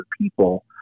people